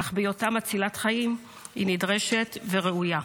אך בהיותה מצילת חיים היא נדרשת וראויה.